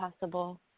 possible